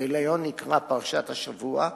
הגיליון נקרא "פרשת השבוע",